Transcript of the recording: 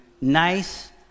nice